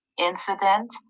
incident